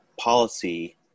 policy